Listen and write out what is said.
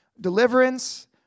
deliverance